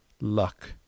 Luck